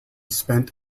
spent